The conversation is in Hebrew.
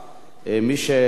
מי שבעד,